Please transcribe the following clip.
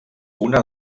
una